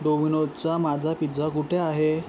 डोमिनोजचा माझा पिझ्झा कुठे आहे